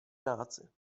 práce